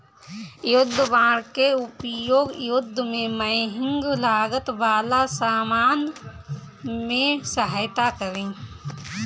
युद्ध बांड के उपयोग युद्ध में महंग लागत वाला सामान में सहायता करे